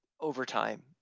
overtime